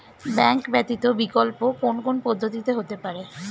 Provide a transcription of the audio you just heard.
Bank ব্যতীত বিকল্প কোন কোন পদ্ধতিতে হতে পারে?